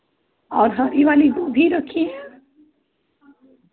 और हरी वाली गोभी रखी हैं